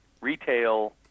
retail